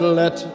let